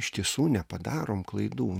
iš tiesų nepadarom klaidų